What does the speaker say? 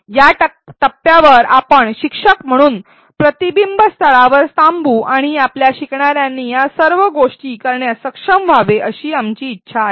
या टप्प्यावर आपण शिक्षक म्हणून प्रतिबिंबस्थळावर थांबू आणि आपल्या शिकणाऱ्यांनी या सर्व गोष्टी करण्यास सक्षम व्हावे अशी आमची इच्छा आहे